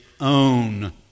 own